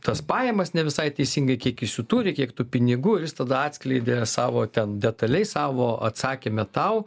tas pajamas ne visai teisingai kiek jis jų turi kiek tų pinigų ir jis tada atskleidė savo ten detaliai savo atsakyme tau